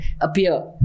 appear